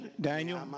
Daniel